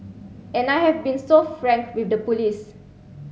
and I have been so frank with the police